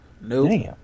nope